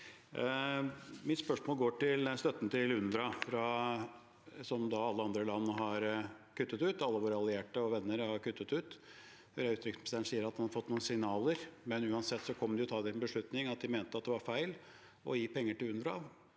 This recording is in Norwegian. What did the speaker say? Mitt spørsmål er om støtten til UNRWA, som alle andre land har kuttet ut – alle våre allierte og venner har kuttet den ut. Utenriksministeren sier at man har fått noen signaler. Uansett kom de landene til å ta en beslutning der de mente det var feil å gi penger til UNRWA,